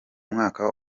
mwaka